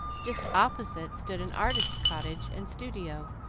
just opposite stood an artist's cottage and studio,